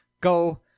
Go